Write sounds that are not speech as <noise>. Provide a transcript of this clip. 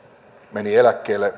meni eläkkeelle <unintelligible>